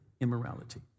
immorality